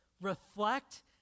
reflect